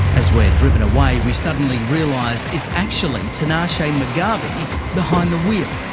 as we're driven away, we suddenly realise it's actually tinashe mugabe behind the wheel.